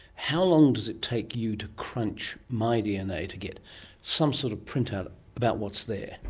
how long does it take you to crunch my dna to get some sort of printout about what's there?